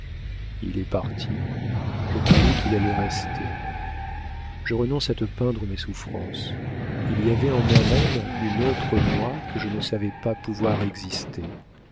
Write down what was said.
il est parti je croyais qu'il allait rester je renonce à te peindre mes souffrances il y avait en moi-même une autre moi que je ne savais pas pouvoir exister